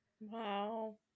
Wow